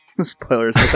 Spoilers